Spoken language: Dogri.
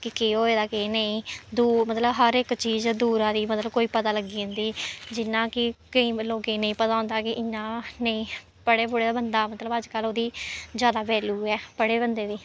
कि केह् होएदा केह् नेईं दूर मतलब हर इक चीज दूरा दी मतलब पता लगी जंदी जियां कि केईं लोकें गी नेईं पता होंदा कि इयां नेईं पढ़े पुढ़े दा बंदा मतलब अज्जकल ओह्दी जैदा वैल्यू ऐ पढ़े दे बंदे दी